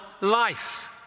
life